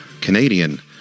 Canadian